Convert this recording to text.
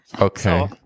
Okay